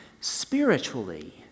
spiritually